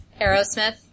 Aerosmith